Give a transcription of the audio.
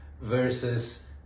versus